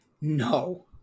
no